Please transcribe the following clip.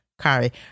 Kari